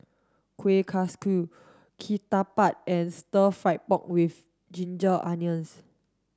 kueh kaswi ketupat and stir fried pork with ginger onions